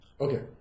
Okay